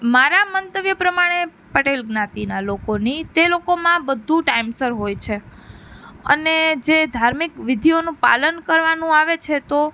મારા મંતવ્ય પ્રમાણે પટેલ જ્ઞાતિના લોકોની તે લોકોમાં બધું ટાઈમસર હોય છે અને જે ધાર્મિક વિધિઓનું પાલન કરવાનું આવે છે તો